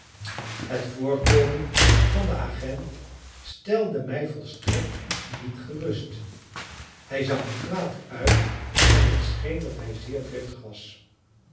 het voorkomen van den agent stelde mij volstrekt niet gerust hij zag er kwaad uit en het scheen dat hij zeer driftig was